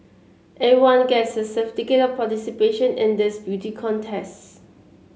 everyone gets a certificate of participation in this beauty contest